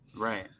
Right